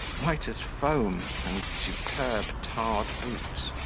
white as foam, and superb tarred boots,